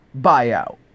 buyout